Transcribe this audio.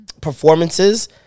performances